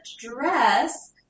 dress